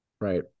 Right